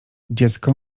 dziecko